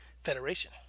Federation